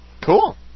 Cool